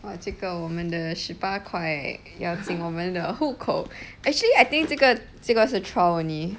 !wah! 这个我们的十八块要进我们的户口 actually I think 这个这个是 trial only